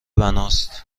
بناست